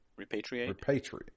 Repatriate